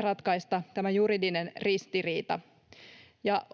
ratkaista tämä juridinen ristiriita.